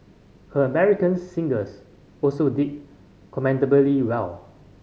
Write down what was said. her American singles also did commendably well